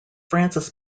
francis